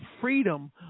freedom